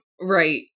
Right